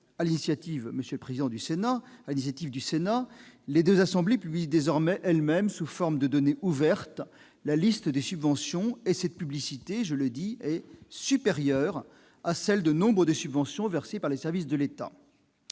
l'initiative du Sénat, les deux assemblées publient désormais elles-mêmes, sous forme de données ouvertes, la liste des subventions. Cette publicité est supérieure à celle de nombre de subventions versées par les services de l'État